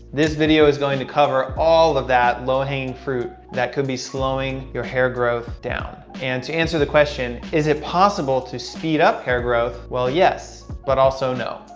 this video is going to cover all of that low hanging fruit that could be slowing your hair growth down and to answer the question, is it possible to speed up hair growth? well, yes, but also no.